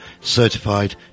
Certified